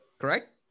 correct